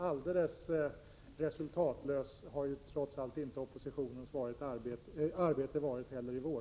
Alldeles resultatlöst har trots allt inte oppositionens arbete varit i vår heller.